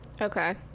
Okay